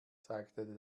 zeigte